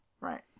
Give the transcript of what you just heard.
Right